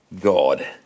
God